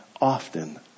often